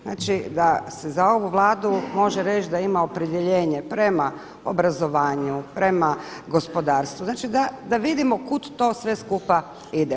Znači da se za ovu Vladu može reći da ima opredjeljenje prema obrazovanju, prema gospodarstvu znači da vidimo kud to sve skupa ide.